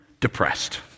depressed